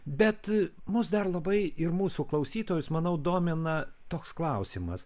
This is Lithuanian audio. bet mus dar labai ir mūsų klausytojus manau domina toks klausimas